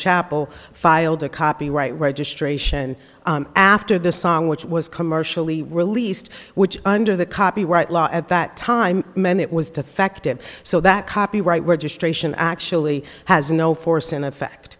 chappell filed a copyright registration after the song which was commercially released which under the copyright law at that time meant it was defective so that copyright registration actually has no force in effect